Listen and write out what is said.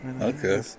Okay